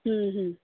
হুম হুম